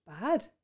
bad